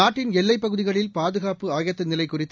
நாட்டின் எல்லைப் பகுதிகளில் பாதுகாப்பு ஆயத்த நிலை குறித்து